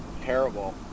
terrible